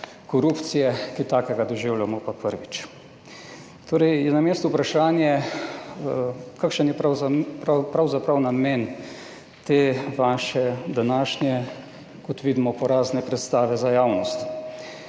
korupcije, kaj takega doživljamo pa prvič. Torej na mestu je vprašanje, kakšen je pravzaprav namen te vaše današnje, kot vidimo, porazne predstave za javnost.